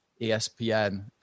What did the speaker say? espn